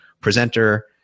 presenter